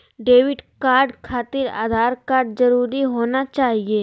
Debit card खातिर Aadhaar card जरूरी होना चाहिए?